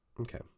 Okay